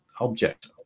object